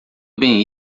bem